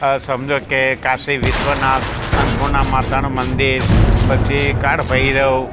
સમજો કે કાશી વિશ્વનાથ અન્નપૂર્ણા માતાનું મંદિર પછી કાળભૈરવ